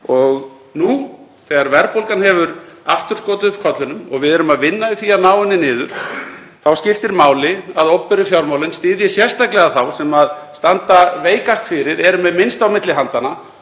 Nú þegar verðbólgan hefur aftur skotið upp kollinum og við erum að vinna í því að ná henni niður þá skiptir máli að opinberu fjármálin styðji sérstaklega þá sem standa veikast fyrir, eru með minnst á milli handanna